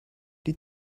die